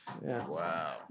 Wow